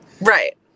Right